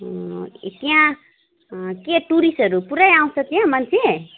त्यहाँ के टुरिस्टहरू पुरै आउँछ त्यहाँ मान्छे